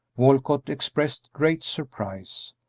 walcott expressed great surprise.